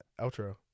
outro